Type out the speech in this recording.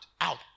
out